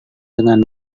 dengan